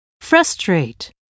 Frustrate